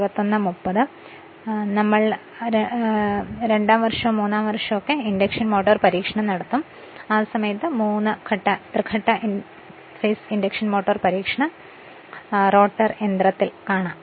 2 3 വർഷങ്ങളിൽ നമ്മൾ induction motor പരീക്ഷണം നടത്തും ആ സമയത്ത് 3 ഫേസ് ഇൻഡക്ഷൻ മോട്ടോർ പരീക്ഷണം t റോട്ടർ യന്ത്രത്തിൽ കാണാം